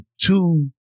two